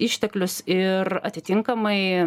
išteklius ir atitinkamai